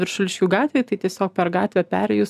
viršuliškių gatvėj tai tiesiog per gatvę perėjus